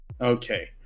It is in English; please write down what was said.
Okay